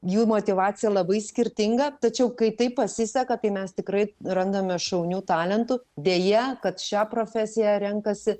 jų motyvacija labai skirtinga tačiau kai taip pasiseka tai mes tikrai randame šaunių talentų deja kad šią profesiją renkasi